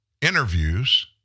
interviews